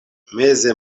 meze